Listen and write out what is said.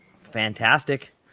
Fantastic